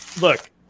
Look